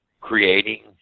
creating